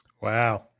Wow